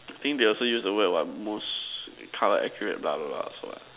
I think they also use the word what most colour accurate blah blah blah also what